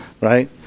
right